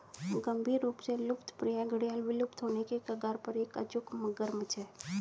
गंभीर रूप से लुप्तप्राय घड़ियाल विलुप्त होने के कगार पर एक अचूक मगरमच्छ है